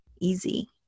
easy